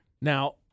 Now